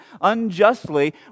unjustly